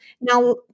now